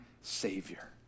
Savior